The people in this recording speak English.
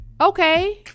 okay